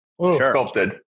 sculpted